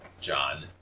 John